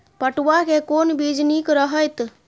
पटुआ के कोन बीज निक रहैत?